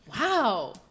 Wow